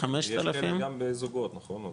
יש גם בזוגות, נכון?